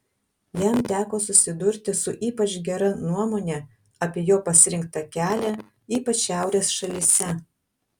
jam teko susidurti su ypač gera nuomone apie jo pasirinktą kelią ypač šiaurės šalyse